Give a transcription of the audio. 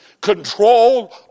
control